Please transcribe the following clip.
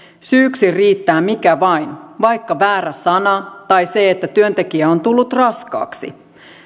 syyksi riittää mikä vain vaikka väärä sana tai se että työntekijä on tullut raskaaksi